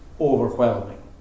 overwhelming